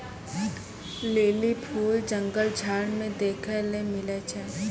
lily फूल जंगल झाड़ मे देखै ले मिलै छै